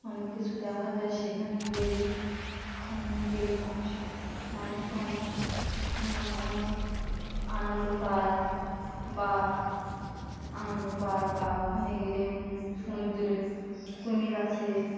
অনেক কিছু দেখা যায় সেখানে গেলে সেখানে গেলে মানুষ মানুষ অনেক অনেক আনন্দ পায় বা আনন্দ পায় বা ওখানে গেলে সমুদ্রে কুমির আছে